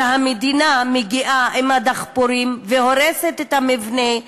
שהמדינה מגיעה עם הדחפורים והורסת את המבנה.